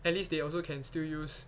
at least they also can still use